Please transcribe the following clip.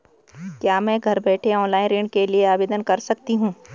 क्या मैं घर बैठे ऑनलाइन ऋण के लिए आवेदन कर सकती हूँ?